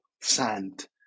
sand